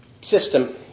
system